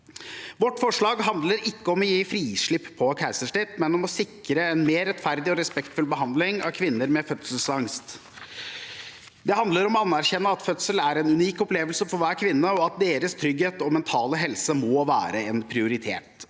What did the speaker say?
Vårt forslag handler ikke om å gi frislipp på keisersnitt, men om å sikre en mer rettferdig og respektfull behandling av kvinner med fødselsangst. Det handler om å anerkjenne at fødsel er en unik opplevelse for hver kvinne, og at deres trygghet og mentale helse må være en prioritet.